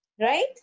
Right